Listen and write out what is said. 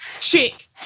Chick